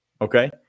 okay